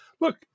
Look